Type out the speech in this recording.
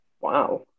Wow